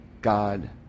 God